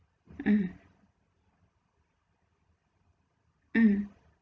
mm mm